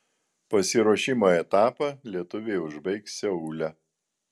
pasiruošimo etapą lietuviai užbaigs seule